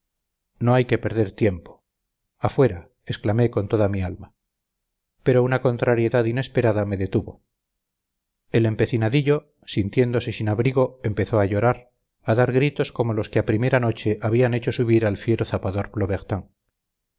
no hay que perder tiempo afuera exclamé con toda mi alma pero una contrariedad inesperada me detuvo el empecinadillo sintiéndose sin abrigo empezó a llorar a dar gritos como los que a prima noche habían hecho subir al fiero zapador